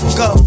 go